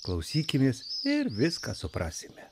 klausykimės ir viską suprasime